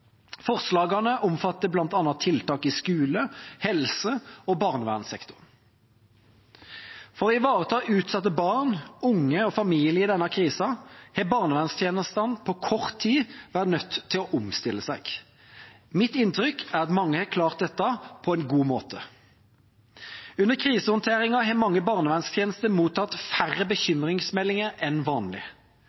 Forslagene omfatter bl.a. tiltak i skole-, helse- og barnevernssektoren. For å ivareta utsatte barn, unge og familier i denne krisa har barnevernstjenestene på kort tid vært nødt til å omstille seg. Mitt inntrykk er at mange har klart dette på en god måte. Under krisehåndteringen har mange barnevernstjenester mottatt færre bekymringsmeldinger enn vanlig.